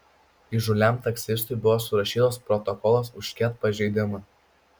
įžūliam taksistui buvo surašytas protokolas už ket pažeidimą